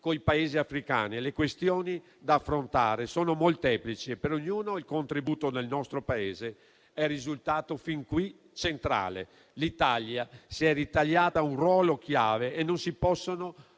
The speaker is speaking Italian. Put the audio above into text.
con i Paesi africani. Le questioni da affrontare sono molteplici e per ognuno il contributo del nostro Paese è risultato fin qui centrale. L'Italia si è ritagliata un ruolo chiave e non si possono